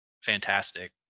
fantastic